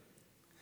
כן.